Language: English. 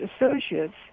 Associates